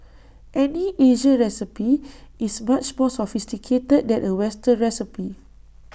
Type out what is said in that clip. any Asian recipe is much more sophisticated than A western recipe